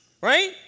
right